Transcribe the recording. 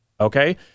Okay